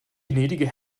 gnädige